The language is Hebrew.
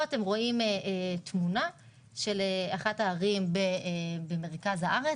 אפשר לראות את אחת הערים במרכז הארץ,